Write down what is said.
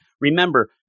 Remember